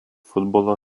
futbolo